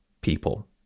people